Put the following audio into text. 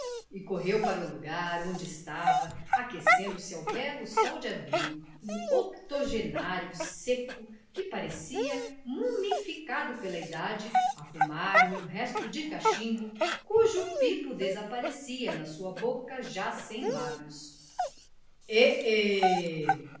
e correu para o lugar onde estava aquecendo se ao belo sol de abril um octogenário seco que parecia mumificado pela idade a fumar num resto de cachimbo cujo pipo desaparecia na sua boca já sem lábios êh